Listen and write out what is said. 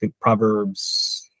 Proverbs